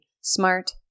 SMART